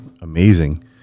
amazing